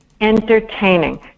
entertaining